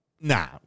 Nah